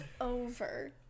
over